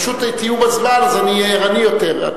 פשוט תהיו בזמן, אז אני אהיה ערני יותר.